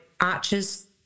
arches